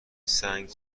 سنگ